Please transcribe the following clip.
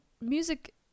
music